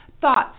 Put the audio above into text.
Thoughts